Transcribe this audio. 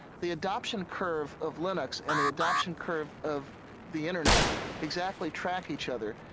the adoption curve of linux and the adoption curve of the internet exactly track each other.